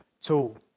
tool